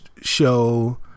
show